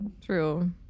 True